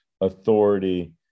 authority